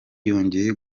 yongeye